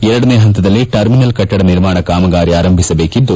ಎರಡನೇ ಪಂತದಲ್ಲಿ ಟರ್ಮಿನಲ್ ಕಟ್ಟಡ ನಿರ್ಮಾಣ ಕಾಮಗಾರಿ ಆರಂಭಿಸಬೇಕಿದ್ದು